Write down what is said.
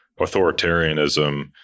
authoritarianism